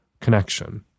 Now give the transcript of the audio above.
connection